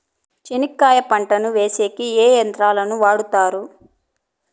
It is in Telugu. చెనక్కాయ పంటను వేసేకి ఏ యంత్రాలు ను వాడుతారు?